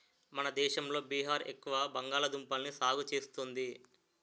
మన దేశంలో బీహార్ ఎక్కువ బంగాళదుంపల్ని సాగు చేస్తుంది